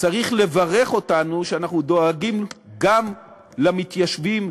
צריך לברך אותנו, שאנחנו דואגים גם למתיישבים,